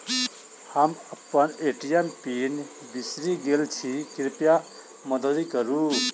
हम अप्पन ATM pin बिसरि गेल छी कृपया मददि करू